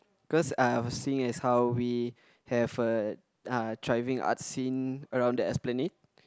cause I've seeing as how we have a uh thriving art scene around the Esplanade